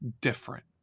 different